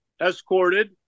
escorted